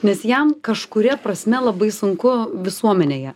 nes jam kažkuria prasme labai sunku visuomenėje